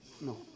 No